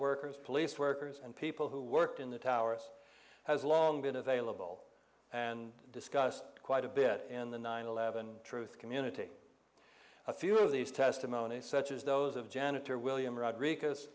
workers police workers and people who worked in the towers has long been available and discussed quite a bit in the nine eleven truth community a few of these testimonies such as those of janitor william rodriguez